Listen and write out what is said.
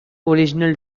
original